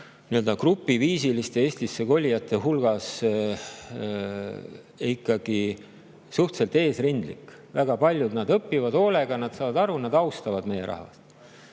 aja grupiviisiliste Eestisse kolijate hulgas ikkagi suhteliselt eesrindlik, väga paljud õpivad hoolega, nad saavad aru, nad austavad meie rahvast.